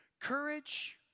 Courage